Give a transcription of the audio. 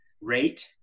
rate